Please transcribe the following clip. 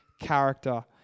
character